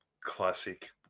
classic